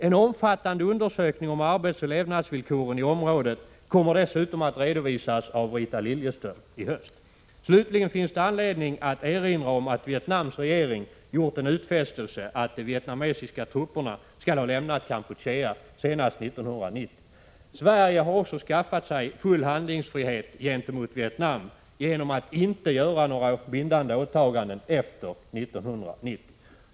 En omfattande undersökning av arbetsoch levnadsvillkoren i området kommer dessutom att redovisas av Rita Liljeström i höst. Slutligen finns det anledning att erinra om att Vietnams regering gjort en utfästelse att de vietnamesiska trupperna skall ha lämnat Kampuchea senast 1990. Sverige har också skaffat sig full handlingsfrihet gentemot Vietnam genom att inte göra några bindande åtaganden efter 1990.